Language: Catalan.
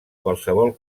qualsevol